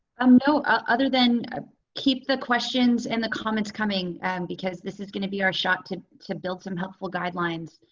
um no, other than um keep the questions and the comments coming and because this is going to be our shot to to build some helpful guidelines.